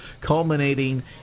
culminating